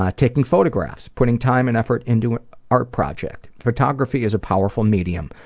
ah taking photographs. putting time and effort into an art project. photography is powerful medium.